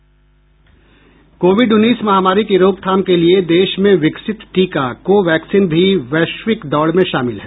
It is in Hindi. कोविड उन्नीस महामारी की रोकथाम के लिए देश में विकसित टीका कोवैक्सीन भी वैश्विक दौड़ में शामिल है